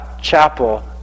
Chapel